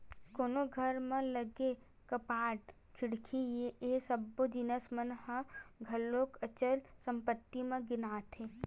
कोनो घर म लगे कपाट, खिड़की ये सब्बो जिनिस मन ह घलो अचल संपत्ति म गिनाथे